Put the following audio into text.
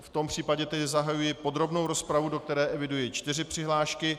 V tom případě tedy zahajuji podrobnou rozpravu, do které eviduji čtyři přihlášky.